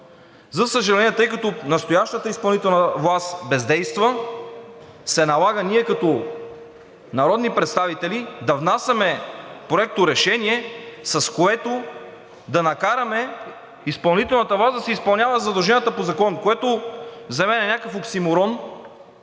За съжаление, тъй като настоящата изпълнителна власт бездейства, се налага ние като народни представители да внасяме проекторешение, с което да накараме изпълнителната власт да си изпълнява задълженията по закон, което за мен е някакъв оксиморон.